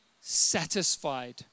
satisfied